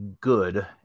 good